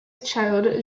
child